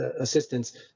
assistance